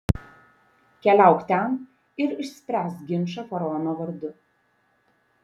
keliauk ten ir išspręsk ginčą faraono vardu